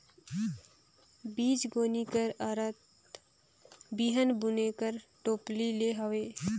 बीजगोनी कर अरथ बीहन बुने कर टोपली ले हवे